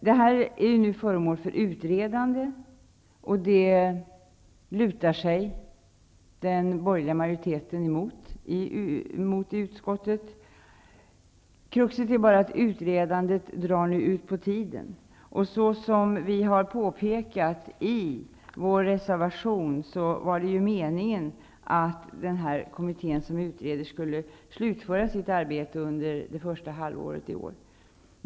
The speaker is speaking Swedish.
Frågan är ju föremål för utredning i en kommitté, och detta lutar sig den borgerliga majoriteten i utskottet mot. Kruxet är bara att utredandet drar ut på tiden. Som vi har påpekat i reservationen var det meningen att kommittén skulle slutföra sitt arbete under första halvåret i år.